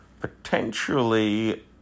potentially